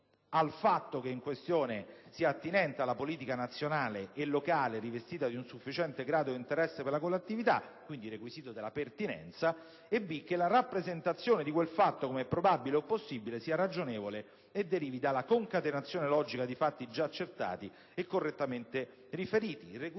il fatto in questione sia attinente alla vita politica nazionale e locale e rivesta un sufficiente grado di interesse per la collettività (requisito della pertinenza) e che la rappresentazione di quel fatto come probabile o possibile sia ragionevole e derivi dalla concatenazione logica di fatti già accertati e correttamente riferiti (requisito